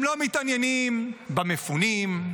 הם לא מתעניינים במפונים,